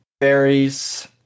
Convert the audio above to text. berries